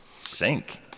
sink